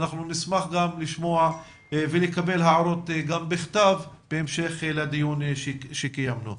נשמח לשמוע ולקבל הערות גם בכתב בהמשך לדיון שקיימנו.